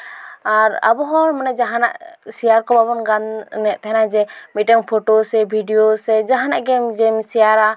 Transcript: ᱟᱨ ᱟᱵᱚ ᱦᱚᱸ ᱢᱟᱱᱮ ᱡᱟᱦᱟᱱᱟᱜ ᱥᱮᱭᱟᱨ ᱠᱚ ᱵᱟᱵᱚᱱ ᱜᱟᱱᱮᱫ ᱛᱟᱦᱮᱱᱟ ᱡᱮ ᱢᱤᱫᱴᱟᱝ ᱯᱷᱚᱴᱳ ᱥᱮ ᱵᱷᱤᱰᱤᱭᱳ ᱥᱮ ᱡᱟᱦᱟᱱᱟᱜ ᱜᱮᱢ ᱡᱮᱢ ᱥᱮᱭᱟᱨᱟ